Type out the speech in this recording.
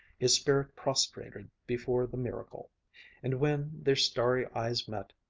his spirit prostrated before the miracle and when their starry eyes met,